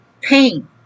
pain